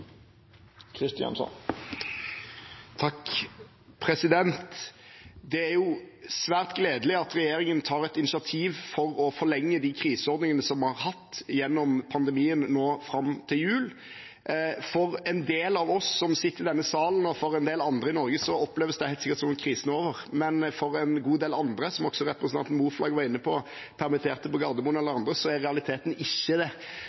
Det er svært gledelig at regjeringen tar et initiativ for å forlenge de kriseordningene som vi har hatt gjennom pandemien, fram til jul. For en del av oss som sitter i denne salen, og for en del andre i Norge, oppleves det helt sikkert som at krisen er over, men for en god del andre, som også representanten Moflag var inne på, permitterte på Gardermoen eller andre, så er realiteten ikke slik. Så det